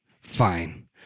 fine